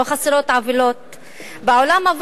לא חסרות עוולות בעולם,